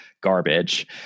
garbage